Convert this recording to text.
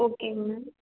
ஓகேங்க மேம்